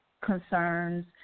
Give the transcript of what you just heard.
concerns